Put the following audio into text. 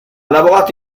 lavorato